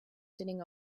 sitting